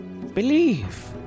believe